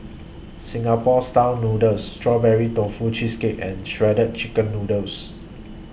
Singapore Style Noodles Strawberry Tofu Cheesecake and Shredded Chicken Noodles